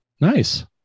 nice